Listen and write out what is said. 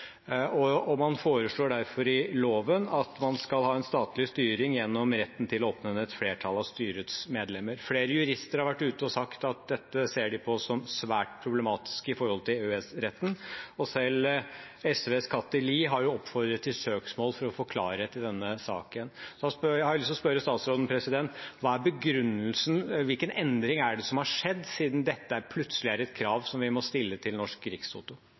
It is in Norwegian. Man foreslår derfor i loven at man skal ha en statlig styring gjennom retten til å oppnevne et flertall av styrets medlemmer. Flere jurister har vært ute og sagt at dette ser de på som svært problematisk med tanke på EØS-retten, og selv SVs Kathy Lie har oppfordret til søksmål for å få klarhet i denne saken. Da har jeg lyst til å spørre statsråden om hva begrunnelsen er. Hvilken endring er det som har skjedd, siden dette plutselig er et krav vi må stille til Norsk Rikstoto?